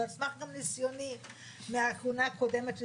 גם על סמך ניסיוני מהכהונה הקודמת שלי